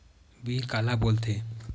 Bill काला बोल थे?